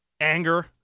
anger